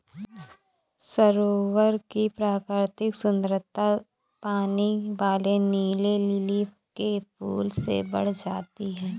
सरोवर की प्राकृतिक सुंदरता पानी वाले नीले लिली के फूल से बढ़ जाती है